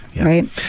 right